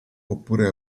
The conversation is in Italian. oppure